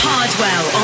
Hardwell